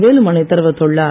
வேலுமணி தெரிவித்துள்ளார்